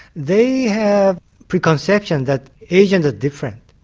they have preconceptions that asians are different.